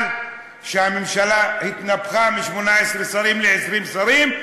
על שהממשלה התנפחה מ-18 שרים ל-20 שרים,